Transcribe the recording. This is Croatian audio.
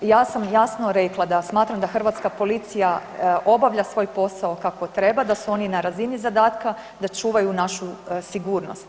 Ja sam jasno rekla da smatram da hrvatska policija obavlja svoj posao kako treba, da su oni na razini zadatka, da čuvaju našu sigurnost.